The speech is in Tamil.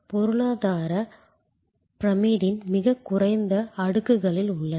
பொருளாதார பிரமிட்டின் மிகக் குறைந்த அடுக்குகளில் உள்ளன